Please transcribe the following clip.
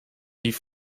die